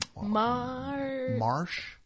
Marsh